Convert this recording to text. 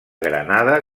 granada